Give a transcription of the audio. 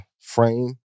frame